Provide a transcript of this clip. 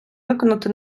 виконати